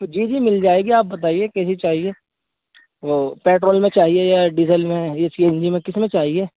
جی جی مل جائے گی آپ بتائیے کیسی چاہیے وہ پیٹرول میں چاہیے یا ڈیزل میں یا سی این جی میں کس میں چاہیے